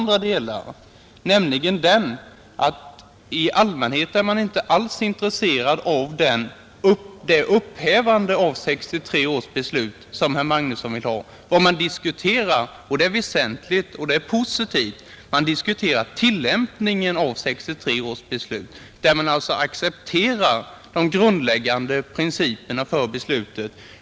Där är man i allmänhet inte alls intresserad av det upphävande av 1963 års beslut som herr Magnusson vill ha. Vad man diskuterar — och det är väsentligt och positivt — är tillämpningen av 1963 års beslut, men man accepterar de grundläggande principerna för beslutet.